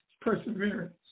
perseverance